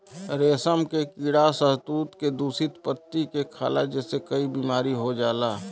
रेशम के कीड़ा शहतूत के दूषित पत्ती के खाला जेसे कई बीमारी हो जाला